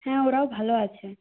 হ্যাঁ ওরাও ভালো আছে